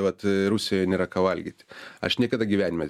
vat rusijoj nėra ką valgyti aš niekada gyvenime